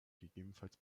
gegebenenfalls